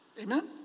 Amen